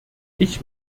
ich